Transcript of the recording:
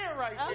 right